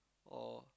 or